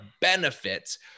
benefits